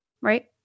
right